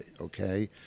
okay